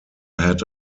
had